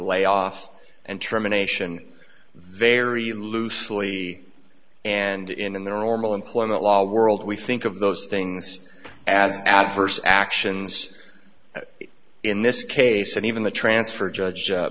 layoffs and terminations very loosely and in their ormal employment law world we think of those things as adverse actions in this case and even the transfer judge